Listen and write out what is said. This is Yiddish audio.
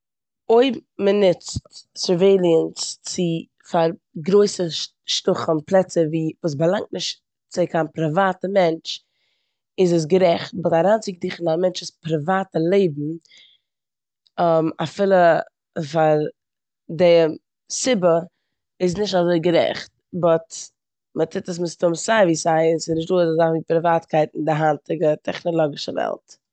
אויב מ'נוצט סערוועילענס צו- פאר גרויסע שטחים, פלעצער ווי- וואס באלאנגט נישט צו קיין פריוואטע מענטש איז עס גערעכט. אבער אריינצוקריכן אין א מענטש'ס פריוואטע לעבן אפילו פאר די סיבה איז נישט אזוי גערעכט באט מ'טוט עס מסתמא סייווי סיי און ס'איז נישט דא אזא זאך ווי פריוואטקייט אין די היינטיגע טעכנאלאגישע וועלט.